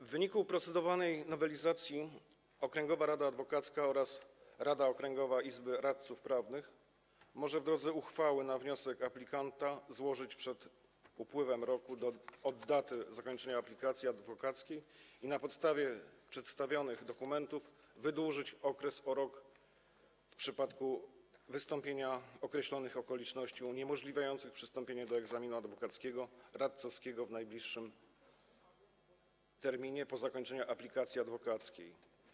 W wyniku procedowanej nowelizacji okręgowa rada adwokacka oraz rada okręgowej izby radców prawnych mogą w drodze uchwały na wniosek aplikanta złożony przed upływem roku od dnia zakończenia aplikacji adwokackiej i na podstawie przedstawionych dokumentów wydłużyć okres o 1 rok w przypadku wystąpienia określonych okoliczności uniemożliwiających przystąpienie do egzaminu adwokackiego, radcowskiego w najbliższym terminie po zakończeniu aplikacji adwokackiej.